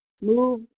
Move